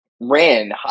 ran